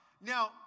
Now